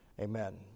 Amen